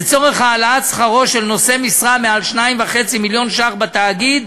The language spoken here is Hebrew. לצורך העלאת שכרו של נושא משרה מעל 2.5 מיליון ש"ח בתאגיד,